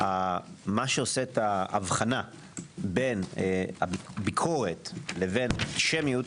שמה שעושה את ההבחנה בין ביקורת לבין אנטישמיות,